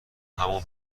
همون